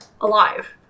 alive